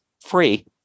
free